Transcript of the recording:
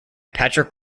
patrick